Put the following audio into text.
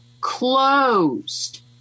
closed